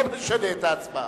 אני לא משנה את ההצבעה.